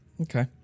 Okay